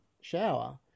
shower